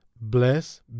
bless